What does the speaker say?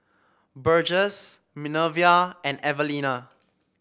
Burgess Minervia and Evalena